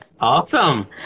Awesome